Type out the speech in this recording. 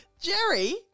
Jerry